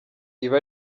ibi